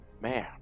Man